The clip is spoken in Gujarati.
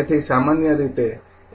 તેથી સામાન્ય રીતે